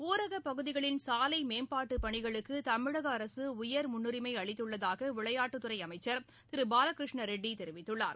ஊரகப் பகுதிகளின் சாலை மேம்பாட்டுப் பணிகளுக்கு தமிழக அரசு உயர் முன்னுரிமை அளித்துள்ளதாக விளையாட்டுத் துறை அமைச்சர் திரு பாலகிருஷ்ண ரெட்டி தெரிவித்துள்ளார்